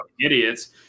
idiots